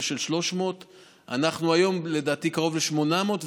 של 300. היום לדעתי אנחנו קרובים ל-800,